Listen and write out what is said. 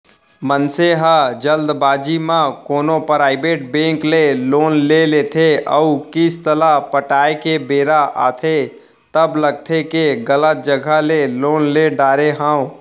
मनसे ह जल्दबाजी म कोनो पराइबेट बेंक ले लोन ले लेथे अउ किस्त ल पटाए के बेरा आथे तब लगथे के गलत जघा ले लोन ले डारे हँव